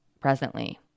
presently